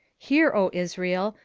hear, o israel,